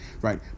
right